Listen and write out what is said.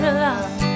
love